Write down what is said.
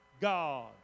God